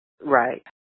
Right